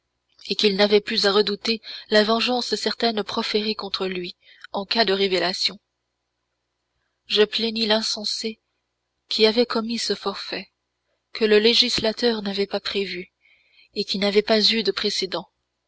et qu'il n'avait plus à redouter la vengeance certaine proférée contre lui en cas de révélation je plaignis l'insensé qui avait commis ce forfait que le législateur n'avait pas prévu et qui n'avait pas eu de précédents